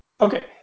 Okay